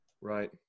Right